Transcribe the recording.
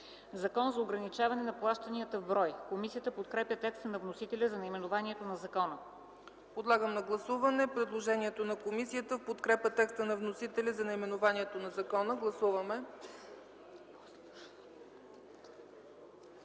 „Закон за ограничаване на плащанията в брой”. Комисията подкрепя текста на вносителя за наименованието на закона. ПРЕДСЕДАТЕЛ ЦЕЦКА ЦАЧЕВА: Подлагам на гласуване предложението на комисията в подкрепа текста на вносителя за наименованието на закона. Гласували